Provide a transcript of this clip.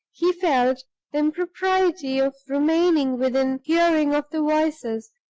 he felt the impropriety of remaining within hearing of the voices,